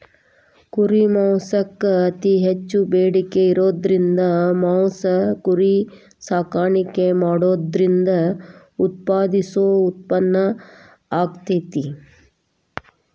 ಕುರಿ ಮಾಂಸಕ್ಕ್ ಅತಿ ಹೆಚ್ಚ್ ಬೇಡಿಕೆ ಇರೋದ್ರಿಂದ ಮಾಂಸ ಕುರಿ ಸಾಕಾಣಿಕೆ ಮಾಡೋದ್ರಿಂದ ಉತ್ಪಾದಿಸೋ ಉತ್ಪನ್ನ ಆಗೇತಿ